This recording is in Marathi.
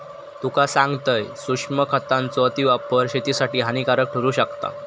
तुका सांगतंय, सूक्ष्म खतांचो अतिवापर शेतीसाठी हानिकारक ठरू शकता